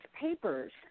papers